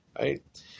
right